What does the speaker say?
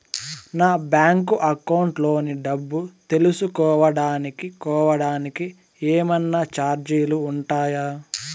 నా bank account లోని డబ్బు తెలుసుకోవడానికి కోవడానికి ఏమన్నా చార్జీలు ఉంటాయా?